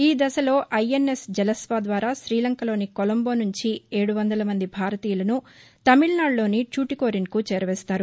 ఈ దశలో ఐఎన్ఎస్ జలస్వ ద్వారా శ్రీలంకలోని కొలంబో నుంచి ఏడు వందల మంది భారతీయులను తమిళనాడులోని ట్యుటుకోరిన్కు చేరవేస్తారు